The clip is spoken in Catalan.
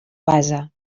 base